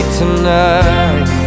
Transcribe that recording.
tonight